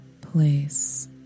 place